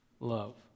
love